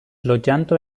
loĝanto